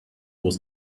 was